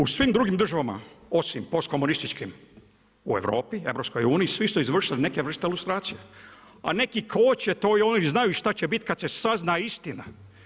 U svim drugim državama osim postkomunističkim u Europi, EU, svi su izvršili neke vrste ilustracije, a neki koče to i oni znaju šta će biti kad se sazna istina.